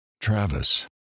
Travis